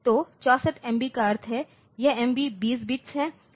तो 64 एमबी का अर्थ है यह MB 20 बिट्स है और यह 64 6 बिट्स है